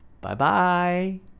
Bye-bye